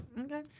Okay